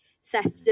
Sefton